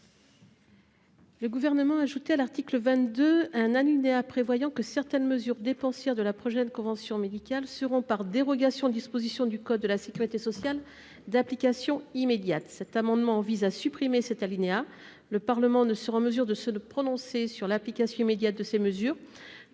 Le Gouvernement a ajouté à l'article 22 un alinéa prévoyant que certaines mesures dépensières de la prochaine convention médicale seront, par dérogation aux dispositions du code de la sécurité sociale, d'application immédiate. Le présent amendement vise à supprimer cet alinéa. Le Parlement sera en mesure de se prononcer sur l'application immédiate de telles mesures